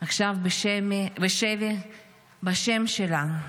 עכשיו בשבי בשם שלה,